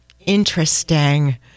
interesting